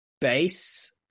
base